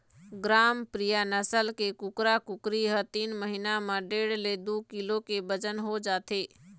ग्रामप्रिया नसल के कुकरा कुकरी ह तीन महिना म डेढ़ ले दू किलो के बजन हो जाथे